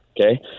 Okay